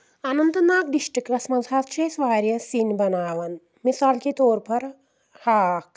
Anant Nag districts منٛز حظ چھِ أسۍ واریاہ سِنۍ بناوان مِثال کے طور پر ہاکھ